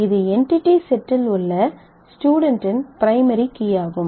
இது என்டிடி செட்டில் உள்ள ஸ்டுடென்ட் இன் பிரைமரி கீயாகும்